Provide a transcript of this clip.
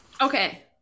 Okay